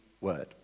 word